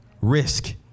Risk